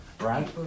right